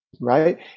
right